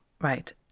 right